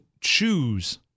choose